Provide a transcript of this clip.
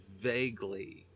vaguely